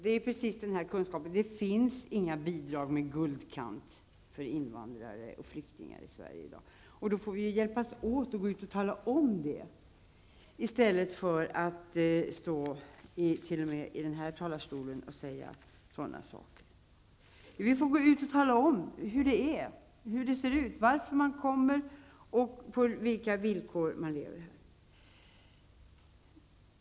Det är just denna kunskap det handlar om: det finns inga bidrag med guldkant för invandrare och flyktingar i Sverige i dag. Vi måste hjälpas åt och gå ut och tala om det i stället för att stå t.o.m. i denna talarstol och säga sådana saker. Vi måste tala om hur det förhåller sig, varför man kommer och på vilka villkor man lever här.